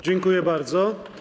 Dziękuję bardzo.